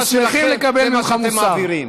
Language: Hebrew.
אנחנו שמחים לקבל ממך מוסר.